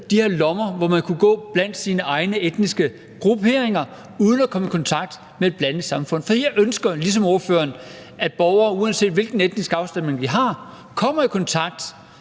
de her lommer, hvor man kunne gå blandt sine egne etniske grupperinger uden at komme i kontakt med et blandet samfund. For jeg ønsker ligesom spørgeren, at borgere, uanset hvilken etnisk afstamning de har, kommer i kontakt